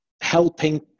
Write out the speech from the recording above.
helping